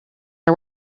are